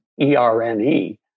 E-R-N-E